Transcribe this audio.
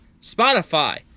Spotify